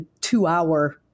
two-hour